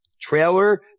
trailer